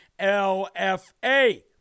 LFA